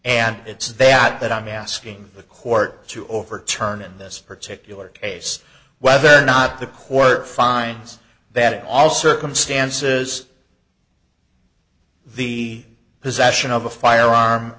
and it's that that i'm asking the court to overturn in this particular case whether or not the court finds that all circumstances the possession of a firearm